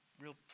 real